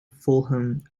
fulham